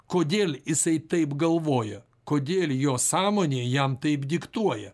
kodėl jisai taip galvoja kodėl jo sąmonė jam taip diktuoja